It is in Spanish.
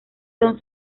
son